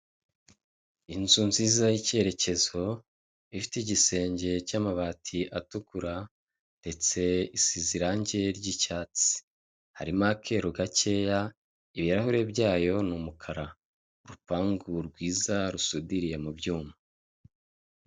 Inzu nziza y'icyerekezo ifite igisenge cy'amabati atukura ndetse isize irangi ryicyatsi harimo akeru gakeya ,ibirahure byayo ni umukara .Urupangu rwiza rusudiriye mu byuma.